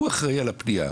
הוא אחראי על הפנייה,